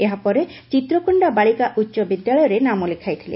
ଏହାପରେ ଚିତ୍ରକୋଣ୍ଡା ବାଳିକା ଉଚ୍ଚ ବିଦ୍ୟାଳୟରେ ନାମ ଲେଖାଇଥିଲେ